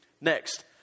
Next